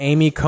Amy